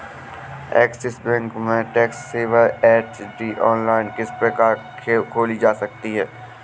Axis bank में tax saver FD online किस प्रकार खोली जा सकती है?